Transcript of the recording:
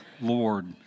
Lord